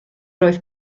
oedd